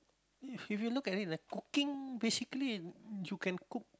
if you look at it like cooking basically you can cook